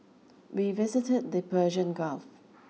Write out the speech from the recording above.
we visited the Persian Gulf